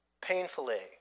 painfully